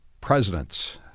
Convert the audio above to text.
presidents